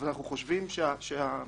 אבל אנחנו חושבים שהאמירה